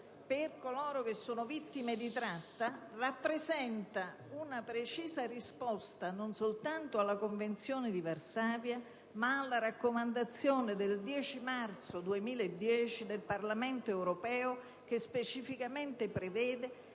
per coloro che sono vittime di tratta, rappresentano una precisa risposta non soltanto alla Convenzione di Varsavia, ma anche alla raccomandazione del 10 marzo 2010 del Parlamento europeo, che specificamente prevede